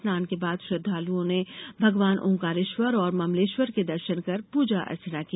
स्नान के बाद श्रद्वालुओं ने भगवान ओंकारेश्वर और ममलेश्वर के दर्शन कर प्रजा अर्चना की